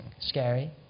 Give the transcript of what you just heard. Scary